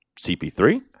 CP3